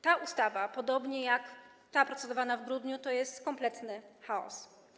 Ta ustawa, podobnie jak ta procedowana w grudniu, to jest kompletny chaos.